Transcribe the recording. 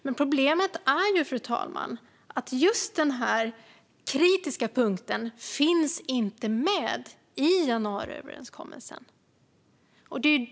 Men problemet är, fru talman, att just den här kritiska punkten inte finns med i januariöverenskommelsen.